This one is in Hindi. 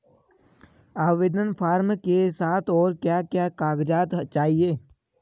आवेदन फार्म के साथ और क्या क्या कागज़ात चाहिए?